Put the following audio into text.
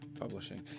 publishing